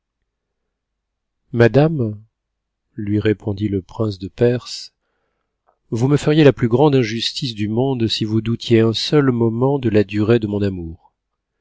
madame lui répondit le prince de perse vous me feriez la plus grande injustice du monde si vous doutiez un seul moment de la durée de mon amour